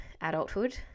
adulthood